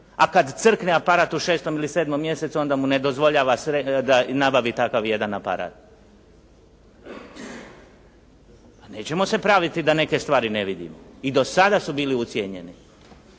a kad crkne aparat u 6. ili 7. mjesecu onda mu ne dozvoljava da nabavi takav jedan aparat. Nećemo se praviti da neke stvari ne vidimo. I do sada su bili ucijenjeni.